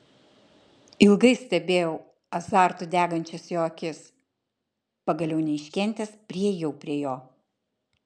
ilgai stebėjau azartu degančias jo akis pagaliau neiškentęs priėjau prie jo